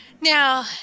Now